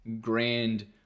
grand